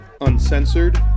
uncensored